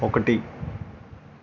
ఒకటి